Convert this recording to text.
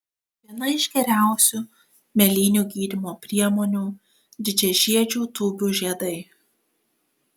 viena iš geriausių mėlynių gydymo priemonių didžiažiedžių tūbių žiedai